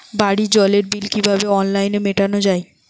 বাড়ির জলের বিল কিভাবে অনলাইনে মেটানো যায়?